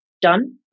done